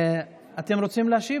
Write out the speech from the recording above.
אתם רוצים להשיב?